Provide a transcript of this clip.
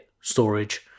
storage